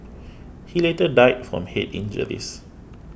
he later died from head injuries